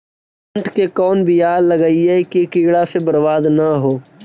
बुंट के कौन बियाह लगइयै कि कीड़ा से बरबाद न हो?